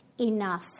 enough